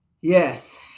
yes